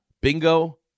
bingo